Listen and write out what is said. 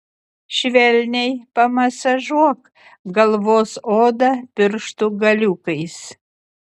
švelniai pamasažuok galvos odą pirštų galiukais